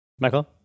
Michael